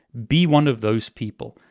be one of those people.